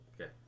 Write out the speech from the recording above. Okay